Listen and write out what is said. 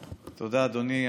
תודה, אדוני.